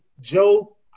Joe